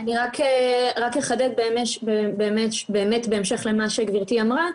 אני רק אחדד באמת בהמשך למה שגבירתי אמרה,